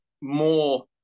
more